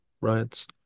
riots